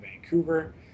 vancouver